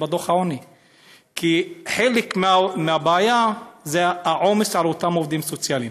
כי חלק מהבעיה זה העומס על אותם עובדים סוציאליים.